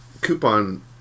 coupon